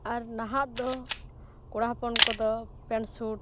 ᱟᱨ ᱱᱟᱦᱟᱜ ᱫᱚ ᱠᱚᱲᱟ ᱦᱚᱯᱚᱱ ᱠᱚᱫᱚ ᱯᱮᱱᱴ ᱥᱩᱴ